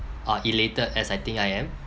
or elated as I think I am